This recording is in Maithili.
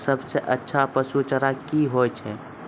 सबसे अच्छा पसु चारा की होय छै?